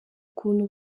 ukuntu